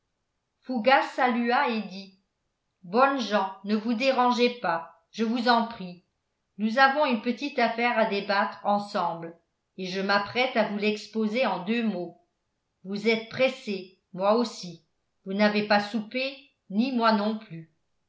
fougas salua et dit bonnes gens ne vous dérangez pas je vous en prie nous avons une petite affaire à débattre ensemble et je m'apprête à vous l'exposer en deux mots vous êtes pressés moi aussi vous n'avez pas soupé ni moi non plus